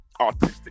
autistic